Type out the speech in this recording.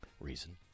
reason